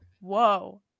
whoa